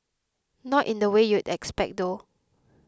not in the way you'd expect though